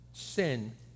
Sin